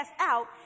out